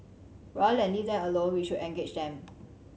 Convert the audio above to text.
rather than leave them alone we should engage them